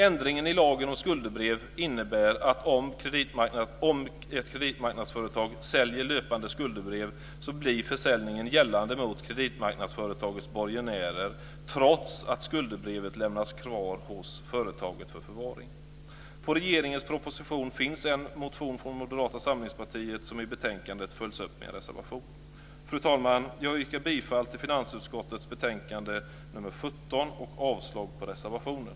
Ändringen i lagen om skuldebrev innebär att om ett kreditmarknadsföretag säljer löpande skuldebrev så blir försäljningen gällande mot kreditmarknadsföretagets borgenärer, trots att skuldebrevet kvarlämnats hos företaget för förvaring. Moderata samlingspartiet avgett en motion som i betänkandet följs upp av en reservation. Fru talman! Jag yrkar bifall till hemställan i finansutskottets betänkande nr 17 och avslag på reservationen.